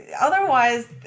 otherwise